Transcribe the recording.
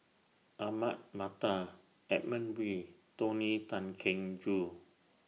Ahmad Mattar Edmund Wee Tony Tan Keng Joo